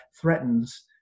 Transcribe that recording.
threatens